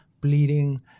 bleeding